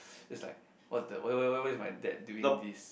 is like what the why why why is my dad doing this